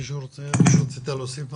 רצית להוסיף משהו?